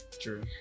True